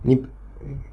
你